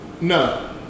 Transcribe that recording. No